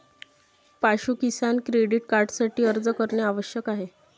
पाशु किसान क्रेडिट कार्डसाठी अर्ज करणे आवश्यक आहे